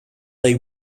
they